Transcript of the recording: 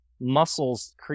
muscles